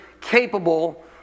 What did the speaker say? capable